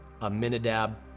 Aminadab